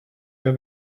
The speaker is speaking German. der